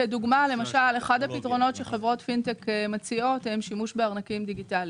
אחד הפתרונות שחברות פינטק מציעות זה שימוש בארנקים דיגיטאליים.